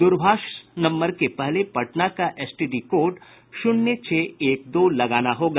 दूरभाष नम्बर के पहले पटना का एसटीडी कोड शून्य छह एक दो लगाना होगा